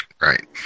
Right